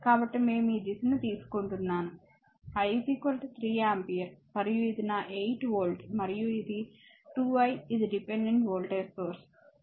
కాబట్టి మేము ఈ దిశను తీసుకుంటున్నాను I 3 ఆంపియర్ మరియు ఇది నా 8 వోల్ట్ మరియు ఇది 2 I ఇది డిపెండెంట్ వోల్టేజ్ సోర్స్